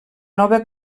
nova